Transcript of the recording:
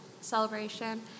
celebration